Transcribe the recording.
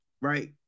right